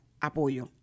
apoyo